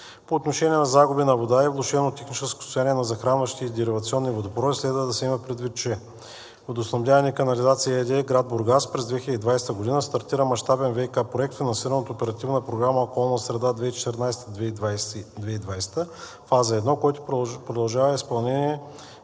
По отношение на загубите на вода и влошено техническо състояние на захранващи и деривационни водопроводи следва да се има предвид, че „Водоснабдяване и канализация“ ЕООД, град Бургас, през 2020 г. стартира мащабен ВиК проект, финансиран от Оперативна програма „Околна среда“ 2014 – 2020 г., фаза 1, който продължава изпълнението